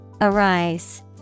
Arise